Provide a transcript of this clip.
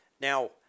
now